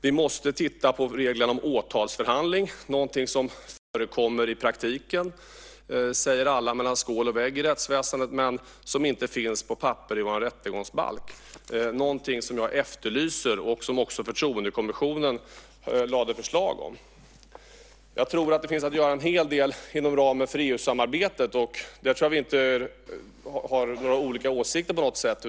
Vi måste titta på reglerna om åtalsförhandling, någonting som alla mellan skål och vägg säger förekommer i rättsväsendet i praktiken men som inte finns på papper i vår rättegångsbalk. Detta är någonting som jag efterlyser och som också Förtroendekommissionen lade fram förslag om. Jag tror att det finns en hel del att göra inom ramen för EU-samarbetet. Där tror jag inte att vi har olika åsikter på något sätt.